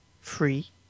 FREE